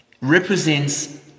represents